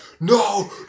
no